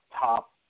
top